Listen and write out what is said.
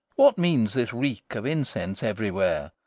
what means this reek of incense everywhere,